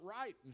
right